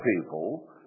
people